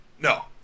No